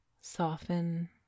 soften